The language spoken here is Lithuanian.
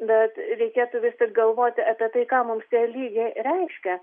bet reikėtų vis tik galvoti apie tai ką mums tie lygiai reiškia